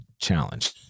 challenge